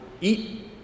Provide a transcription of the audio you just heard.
eat